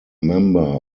member